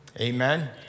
Amen